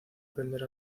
aprender